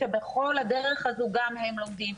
כשבכל הדרך הזו גם הם לומדים,